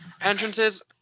Entrances